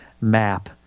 map